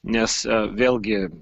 nes vėlgi